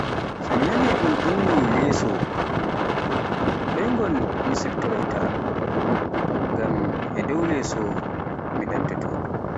So mi naani un inni leso, ɗoyngol mi siftoroyta, ngam e dow leso mi ɗantotoo.